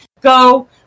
go